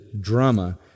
drama